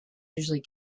usually